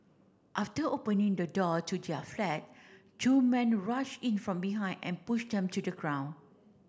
after opening the door to their flat two men rushed in from behind and pushed them to the ground